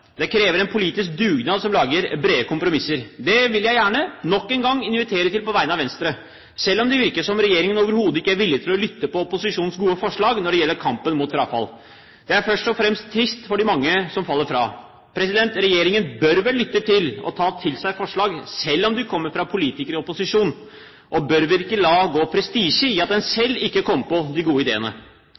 Det krever en politisk dugnad der en lager brede kompromisser. Det vil jeg på vegne av Venstre nok en gang gjerne invitere til, selv om det virker som om regjeringen overhodet ikke er villig til å lytte når opposisjonen fremmer gode forslag som gjelder kampen mot frafall. Det er trist, først og fremst for de mange som faller ut. Regjeringen bør vel lytte til og ta til seg forslag, selv om de kommer fra politikere i opposisjon, og bør vel ikke la det gå prestisje i det at den selv ikke kom på de gode ideene?